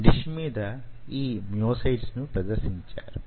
dish మీద యీ myocytes ను ప్రదర్శించారు